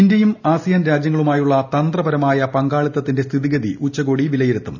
ഇന്ത്യയും ആസിയാൻ രാജ്യങ്ങളുമായുള്ള തന്ത്രപരമായ പങ്കാളിത്തത്തിന്റെ സ്ഥിതിഗതി ഉച്ചകോടി വിലയിരുത്തും